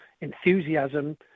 enthusiasm